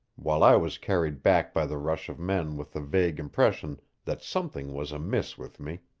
while i was carried back by the rush of men with the vague impression that something was amiss with me.